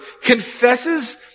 confesses